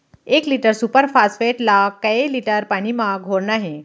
एक litre super phosphate ला कए लीटर पानी मा घोरना हे?